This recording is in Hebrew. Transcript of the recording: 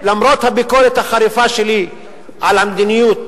למרות הביקורת החריפה שלי על המדיניות